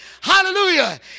hallelujah